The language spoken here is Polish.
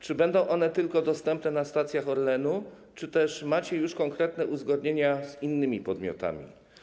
Czy będą one dostępne tylko na stacjach Orlenu, czy też macie już konkretne uzgodnienia z innymi podmiotami?